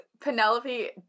penelope